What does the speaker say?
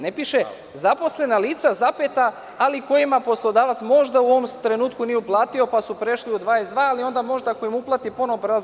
Ne piše - zaposlena lica, ali kojima poslodavac možda u ovom trenutku nije uplatio, pa su prešli u 22, ali možda ako im uplati ponovo, prelaze…